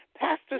Pastor